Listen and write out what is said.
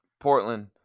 Portland